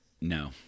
No